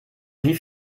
wie